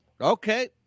Okay